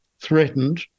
threatened